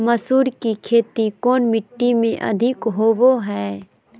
मसूर की खेती कौन मिट्टी में अधीक होबो हाय?